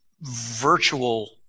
virtual